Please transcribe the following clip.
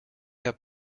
have